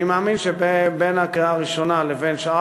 אני מאמין שבין הקריאה הראשונה לבין שאר